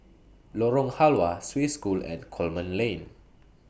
Lorong Halwa Swiss School and Coleman Lane